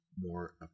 more